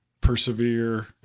persevere